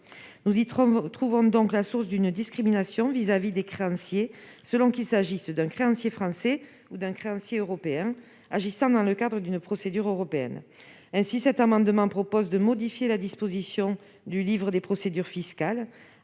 Nous y trouvons donc une source de discrimination entre les créanciers, selon qu'il s'agisse d'un créancier français ou d'un créancier européen agissant dans le cadre d'une procédure européenne. Aussi, cet amendement tend à modifier la disposition précitée du livre des procédures fiscales,